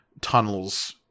tunnels